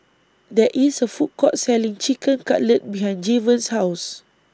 There IS A Food Court Selling Chicken Cutlet behind Jayvon's House